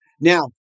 Now